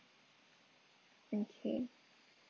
okay